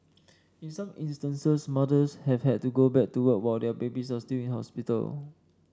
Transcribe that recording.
in some instances mothers have had to go back to work while their babies are still in hospital